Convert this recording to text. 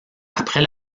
après